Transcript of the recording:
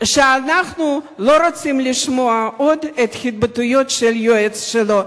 שאנחנו לא רוצים לשמוע עוד את ההתבטאויות של היועץ שלו.